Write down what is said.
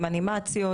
עם אנימציות,